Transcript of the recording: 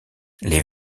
les